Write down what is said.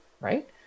Right